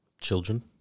Children